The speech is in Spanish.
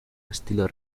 estilo